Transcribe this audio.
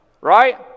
right